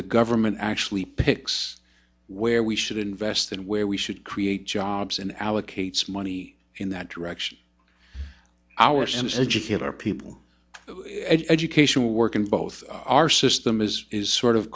the government actually picks where we should invest and where we should create jobs and allocates money in that direction our sins educate our people education work in both our system is is sort of